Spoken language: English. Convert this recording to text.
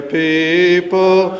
people